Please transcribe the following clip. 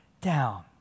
down